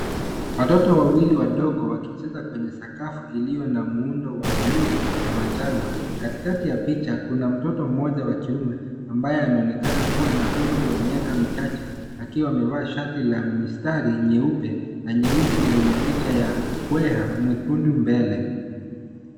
Watoto wawili wadogo wakicheza kwenye sakafu iliyo na muundo wa bluu na manjano, katikati ya picha, kuna mtoto mmoja wa kiume ambaye anaonekana kuwa na umri wa miaka michache, akiwa amevaa shati la mistari nyeupe na nyeusi, lenye picha ya mbweha mwekundu mbele.